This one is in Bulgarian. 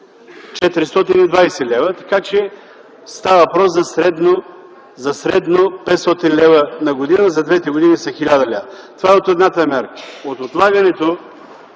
че ми махате, става въпрос за средно 500 лв. на година, а за двете години са 1000 лв. Това е от едната мярка. От отлагането